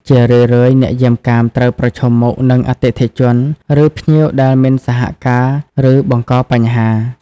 ជារឿយៗ អ្នកយាមកាមត្រូវប្រឈមមុខនឹង អតិថិជន ឬភ្ញៀវដែលមិនសហការ ឬបង្កបញ្ហា។